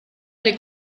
alle